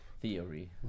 theory